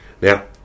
Now